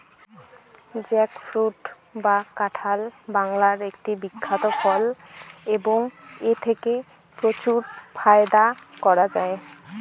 jackfruit বা কাঁঠাল বাংলার একটি বিখ্যাত ফল এবং এথেকে প্রচুর ফায়দা করা য়ায়